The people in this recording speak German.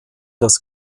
das